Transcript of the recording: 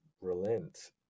relent